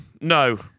No